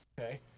Okay